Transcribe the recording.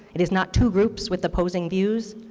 it is not two groups with opposing views.